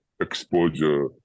exposure